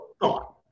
thought